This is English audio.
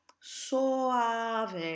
SOAVE